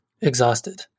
exhausted